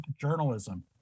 journalism